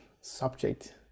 subject